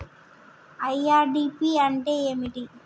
IRDP అంటే ఏమిటి?